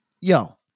yo